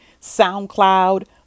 SoundCloud